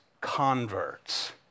converts